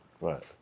Right